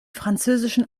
französischen